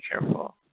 careful